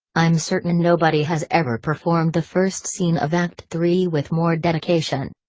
i'm certain nobody has ever performed the first scene of act three with more dedication.